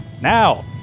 Now